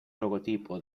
logotipo